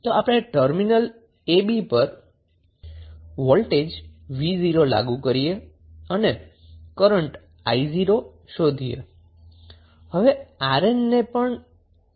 તો આપણે terminal ab પર વોલ્ટેજ 𝑣0 લાગુ કરીએ અને કરન્ટ 𝑖0 શોધીએ